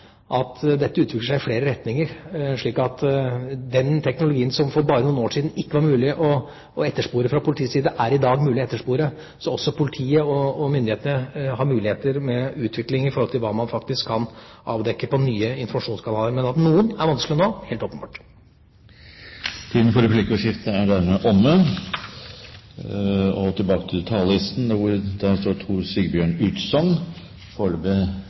at dette utvikler seg i flere retninger. Den teknologien som bare for noen år siden ikke var mulig å etterspore fra politiets side, er det i dag mulig å etterspore. Så politiet og myndighetene har også muligheter når det gjelder utvikling av hva man faktisk kan avdekke på nye informasjonskanaler. Men at noen er vanskelige nå, er helt åpenbart. Replikkordskiftet er omme. Overgrepsbilder på nett er